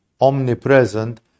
omnipresent